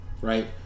Right